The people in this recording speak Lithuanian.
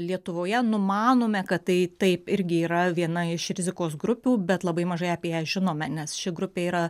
lietuvoje numanome kad tai taip irgi yra viena iš rizikos grupių bet labai mažai apie ją žinome nes ši grupė yra